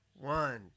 One